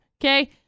Okay